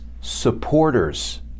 supporters